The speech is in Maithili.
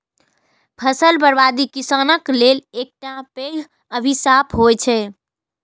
फसल बर्बादी किसानक लेल एकटा पैघ अभिशाप होइ छै